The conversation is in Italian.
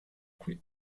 qui